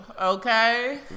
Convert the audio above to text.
okay